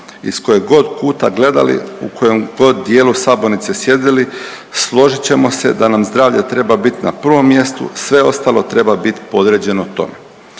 iz koje kog kuta gledali, u kojem god dijelu sabornice sjedili, složit ćemo se da nam zdravlje treba biti na prvom mjestu, sve ostalo treba biti podređeno tome.